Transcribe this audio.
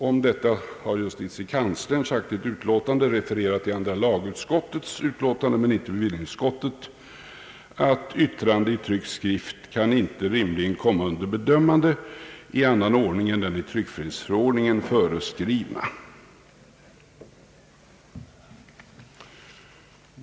Om detta har justitiekanslern sagt i ett utlåtande, refererat i andra lagutskottets utlåtande men inte av bevillningsutskottet, att ett yttrande 1 tryckt skrift icke kan komma under bedömande i annan ordning än den i tryckfrihetsförordningen föreskrivna.